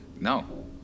No